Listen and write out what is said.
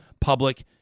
public